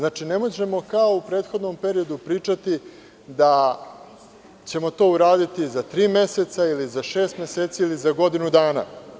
Ne možemo kao u prethodnom periodu pričati da ćemo to uraditi za tri meseca, šest meseci ili za godinu dana.